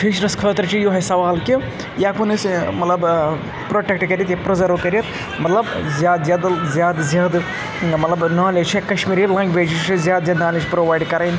فیوٗچرَس خٲطرٕ چھِ یِہوٚے سوال کہِ یہِ ہٮ۪کون أسۍ مطلب پرٛوٹیٚکٹ کٔرِتھ یہِ پِرٛزٲرٕو کٔرِتھ مطلب زیادٕ زیادٕ زیادٕ زیادٕ مطلب نالیج چھےٚ کَشمیٖری لینٛگویج چھِ زیادٕ زیادٕ نالیج پرٛووایِڈ کَرٕنۍ